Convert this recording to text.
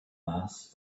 mass